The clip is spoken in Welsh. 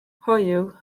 hoyw